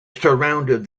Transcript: surrounded